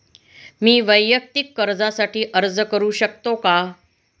मी वैयक्तिक कर्जासाठी अर्ज करू शकतो का?